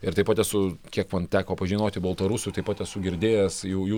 ir taip pat esu kiek man teko pažinoti baltarusių taip pat esu girdėjęs jau jų